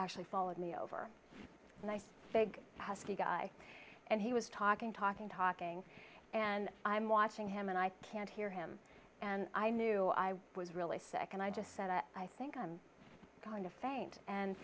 actually followed me over and i big husky guy and he was talking talking talking and i'm watching him and i can't hear him and i knew i was really sick and i just said i think i'm going to faint and